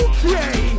Okay